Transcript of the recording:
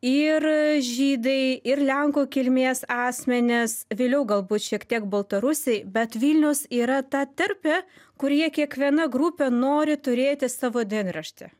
ir žydai ir lenkų kilmės asmenys vėliau galbūt šiek tiek baltarusiai bet vilnius yra ta terpė kur jie kiekviena grupė nori turėti savo dienraštį